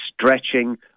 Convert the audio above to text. stretching